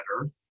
better